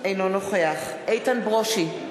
אינו נוכח איתן ברושי,